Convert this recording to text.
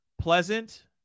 Pleasant